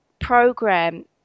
program